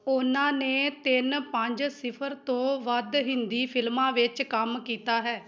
ਉਨ੍ਹਾਂ ਨੇ ਤਿੰਨ ਪੰਜ ਸਿਫਰ ਤੋਂ ਵੱਧ ਹਿੰਦੀ ਫਿਲਮਾਂ ਵਿੱਚ ਕੰਮ ਕੀਤਾ ਹੈ